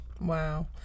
Wow